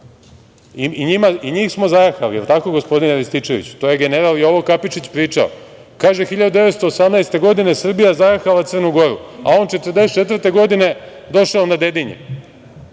i njih smo zajahali, jel tako gospodine Rističeviću, to je general Jovo Kapičić, pričao. Kaže, 1918. godine Srbija zajahala Crnu Goru, a on 1944. godine došao na Dedinje